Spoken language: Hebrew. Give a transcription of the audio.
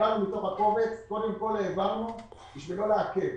שקיבלנו מתוך הקובץ העברנו בשביל לא לעכב.